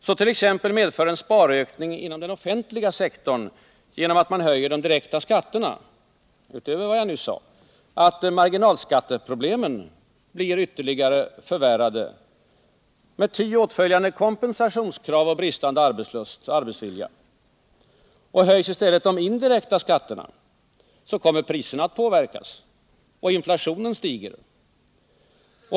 Så t.ex. medför en sparökning inom den offentliga sektorn genom att man höjer de direkta skatterna — utöver vad Jag nyss sade — att marginalskatteproblemen blir ytterligare förvärrade, med ty åtföljande kompensationskrav och bristande arbetslust och arbetsvilja. Höjs i stället de indirekta skatterna, kommer priserna att påverkas och inflationen stiger.